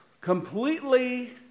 completely